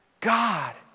God